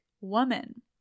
woman